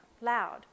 loud